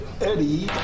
Eddie